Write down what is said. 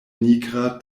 nigra